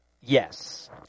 Yes